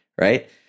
right